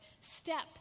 step